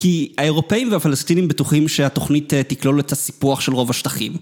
כי האירופאים והפלסטינים בטוחים שהתוכנית תכלול את הסיפוח של רוב השטחים.